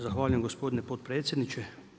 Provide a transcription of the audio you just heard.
Zahvaljujem gospodine potpredsjedniče.